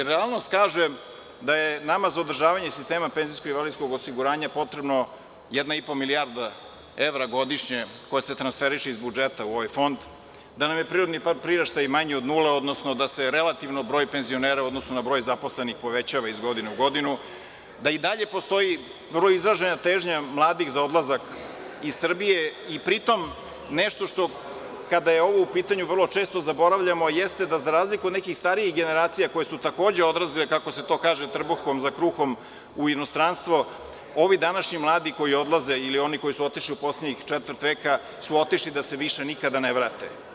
Realnost kaže da je nama za održavanje sistema penzijsko-invalidskog osiguranja potrebna jedna i po milijarda evra godišnje, koja se transferiše iz budžeta u ovaj Fond, da nam je prirodni priraštaj manji od nule, odnosno da se relativno broj penzionera u odnosu na broj zaposlenih povećava iz godine u godinu, da i dalje postoji vrlo izražena težnja mladih za odlazak iz Srbije i pri tom, nešto što kada je ovo u pitanju vrlo često zaboravljamo, jeste da za razliku od nekih starijih generacija koje su takođe odlazile, kako se to kaže, trbuhom za kruhom u inostranstvo, ovi današnji mladi koji odlaze, ili oni koji su otišli u poslednjih četvrt veka su otišli da se više nikada ne vrate.